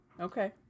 Okay